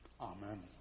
Amen